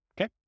Okay